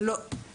זה לא עבד.